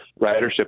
ridership